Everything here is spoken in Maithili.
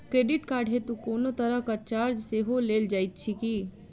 क्रेडिट कार्ड हेतु कोनो तरहक चार्ज सेहो लेल जाइत अछि की?